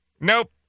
Nope